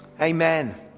Amen